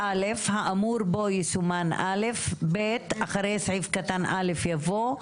(א)האמור בו יסומן "(א)"; (ב)אחרי סעיף קטן (א) יבוא: